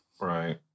right